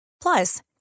Plus